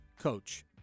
coach